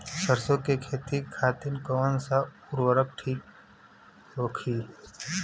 सरसो के खेती खातीन कवन सा उर्वरक थिक होखी?